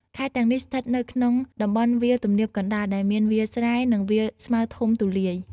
ខេត្តទាំងនេះស្ថិតនៅក្នុងតំបន់វាលទំនាបកណ្តាល ដែលមានវាលស្រែ និងវាលស្មៅធំទូលាយ។